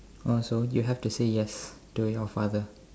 oh so you have to say yes to your father